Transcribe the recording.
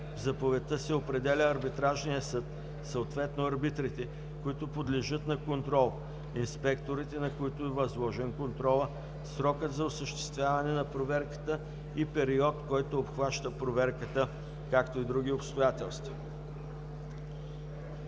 В заповедта се определя арбитражният съд, съответно арбитрите, които подлежат на контрол, инспекторите, на които е възложен контролът, срок за осъществяване на проверката и период, който обхваща проверката, както и други обстоятелства.